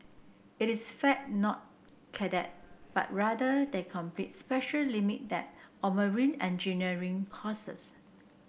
it is fact not cadet but rather they completed special limit deck or marine engineer courses